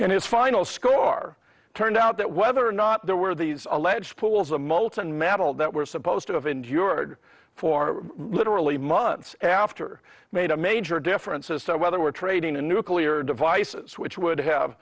and his final score are turned out that whether or not there were these alleged pools of molten metal that were supposed to have endured for literally months after made a major difference as to whether we're trading a nuclear devices which would have